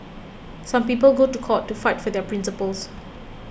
some people go to court to fight for their principles